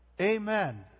Amen